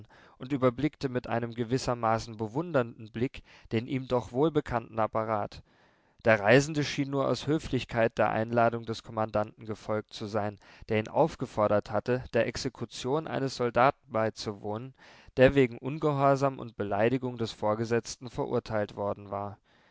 und überblickte mit einem gewissermaßen bewundernden blick den ihm doch wohlbekannten apparat der reisende schien nur aus höflichkeit der einladung des kommandanten gefolgt zu sein der ihn aufgefordert hatte der exekution eines soldaten beizuwohnen der wegen ungehorsam und beleidigung des vorgesetzten verurteilt worden war